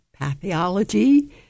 pathology